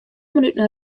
minuten